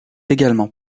également